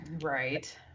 Right